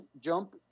jump